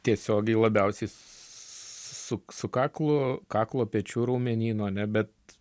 tiesiogiai labiausiais su su kaklu kaklo pečių raumenynu ane bet